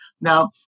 Now